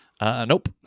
Nope